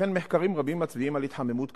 אכן מחקרים רבים מצביעים על התחממות כדור-הארץ,